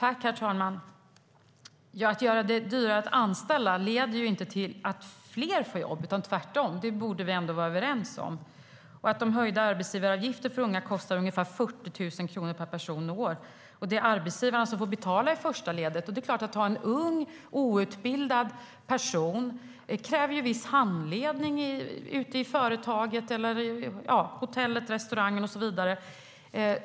Herr talman! Att göra det dyrare att anställa leder inte till att fler får jobb, tvärtom. Det borde vi ändå vara överens om. De höjda arbetsgivaravgifterna för unga kostar ungefär 40 000 kronor per person och år, och det är arbetsgivarna som får betala i första ledet. Att ha en ung, outbildad person kräver viss handledning ute på företaget, hotellet, restaurangen och så vidare.